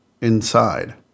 inside